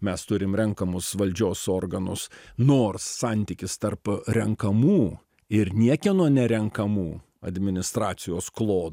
mes turim renkamus valdžios organus nors santykis tarp renkamų ir niekieno nerenkamų administracijos klo